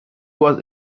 was